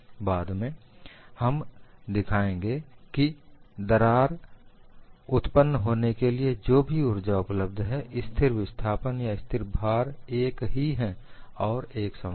बाद में हम दिखाएंगे की दरार उत्पन्न होने के लिए जो भी ऊर्जा उपलब्ध है स्थिर विस्थापन या स्थिर भार एक ही है और एक समान है